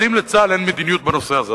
אז אם לצה"ל אין מדיניות בנושא הזה,